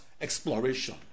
exploration